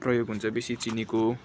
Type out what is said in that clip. प्रयोग हुन्छ बेसी चिनीको